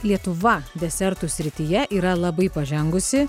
lietuva desertų srityje yra labai pažengusi